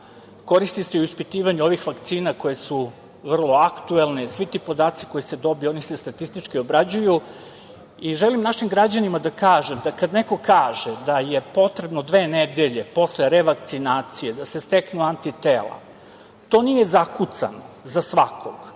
koristi se i u ispitivanju ovih vakcina koje su vrlo aktuelne. Svi ti podaci koji se dobiju oni se statistički obrađuju. Želim našim građanima da kažem kad neko kaže da je potrebno dve nedelje posle revakcinacije da se steknu antitela, to nije zakucano za svakog,